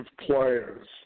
players